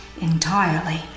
entirely